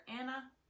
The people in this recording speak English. Anna